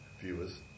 viewers